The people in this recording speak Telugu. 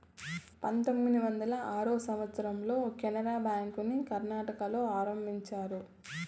పంతొమ్మిది వందల ఆరో సంవచ్చరంలో కెనరా బ్యాంకుని కర్ణాటకలో ఆరంభించారు